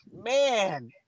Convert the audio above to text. Man